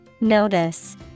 Notice